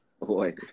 Boy